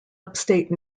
upstate